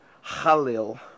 Halil